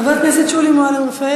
חברת הכנסת שולי מועלם-רפאלי,